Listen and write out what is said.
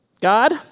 God